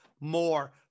more